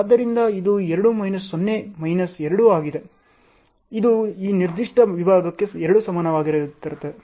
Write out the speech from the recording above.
ಆದ್ದರಿಂದ ಇದು 2 minus 0 minus 2 ಆಗಿದೆ ಇದು ಈ ನಿರ್ದಿಷ್ಟ ವಿಭಾಗಕ್ಕೆ 2 ಸಮಾನವಾಗಿರುತ್ತದೆ